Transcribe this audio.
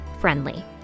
friendly